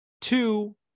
two